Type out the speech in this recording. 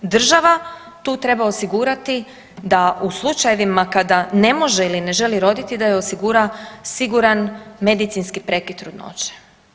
Država tu treba osigurati da u slučajevima kada ne može ili ne želi roditi da joj osigura siguran medicinski prekid trudnoće.